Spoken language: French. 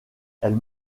elles